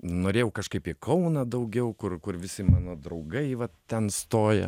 norėjau kažkaip į kauną daugiau kur kur visi mano draugai va ten stoja